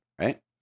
right